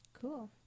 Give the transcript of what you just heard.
Cool